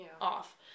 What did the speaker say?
off